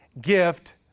gift